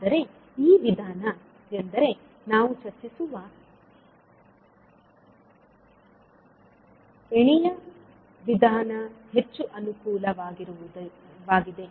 ಆದರೆ ಈ ವಿಧಾನ ಎಂದರೆ ನಾವು ಚರ್ಚಿಸುವ ಏಣಿಯ ವಿಧಾನ ಹೆಚ್ಚು ಅನುಕೂಲಕರವಾಗಿದೆ